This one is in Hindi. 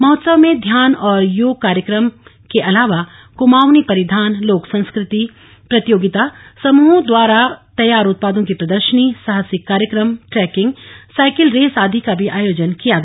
महोत्सव में ध्यान और योग कार्यक्रम के अलावा कुमाऊंनी परिधान लोक संस्कृति प्रतियोगिता समूहों द्वारा तैयार उत्पादों की प्रर्दशनी साहसिक कार्यक्रम ट्रैकिंग साइकिल रेस आदि का भी आयोजन किया गया